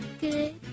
Good